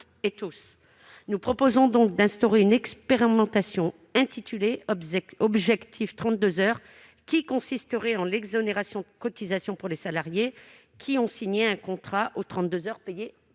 Nous proposons d'instaurer une expérimentation intitulée « Objectif 32 heures », correspondant à une exonération de cotisations pour les salariés qui auront signé un contrat de 32 heures payées